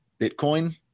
Bitcoin